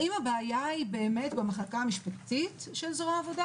האם הבעיה היא באמת במחלקה המשפטית של זרוע העבודה